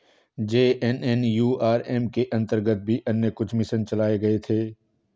JNNURM के अंतर्गत भी अन्य कुछ मिशन चलाए गए थे